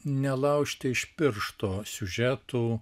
nelaužti iš piršto siužetų